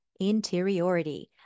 interiority